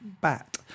Bat